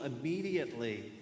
immediately